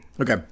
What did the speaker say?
Okay